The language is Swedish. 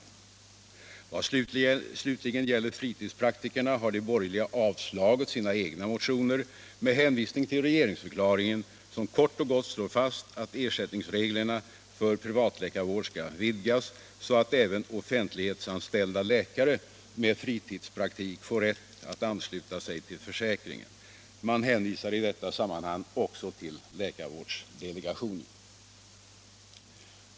I vad slutligen gäller fritidspraktikerna har de borgerliga avstyrkt sina egna motioner med hänvisning till regeringsförklaringen, som kort och gott slår fast att ersättningsreglerna för privatläkarvård skall vidgas, så att även offentligt anställda läkare med fritidspraktik får rätt att ansluta sig till försäkringen. Man hänvisar i detta sammanhang också till läkarvårdsdelegationen.